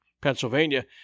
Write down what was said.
Pennsylvania